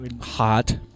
Hot